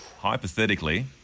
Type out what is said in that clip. hypothetically